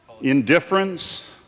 Indifference